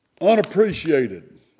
unappreciated